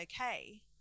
okay